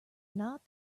not